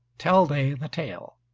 tell they the tale